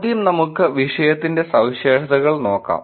ആദ്യം നമുക്ക് വിഷയത്തിന്റെ സവിശേഷതകൾ നോക്കാം